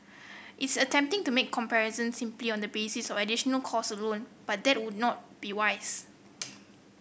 it's a tempting to make comparison simply on the basis of additional cost alone but that would not be wise